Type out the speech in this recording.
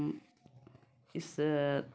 इस